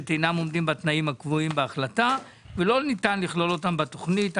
אינם עומדים בתנאים הקבועים בהחלטה ולא ניתן לכלול אותם בתוכנית.